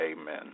Amen